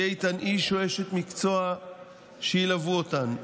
יהיה איתן איש או אשת מקצוע שילוו אותן,